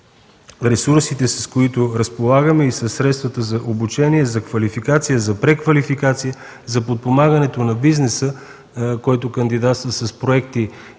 ресурсите, с които разполагаме, и със средствата за обучение, за квалификация, за преквалификация, за подпомагането на бизнеса, който кандидатства с проекти